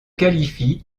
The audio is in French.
qualifient